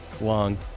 long